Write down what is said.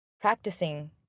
practicing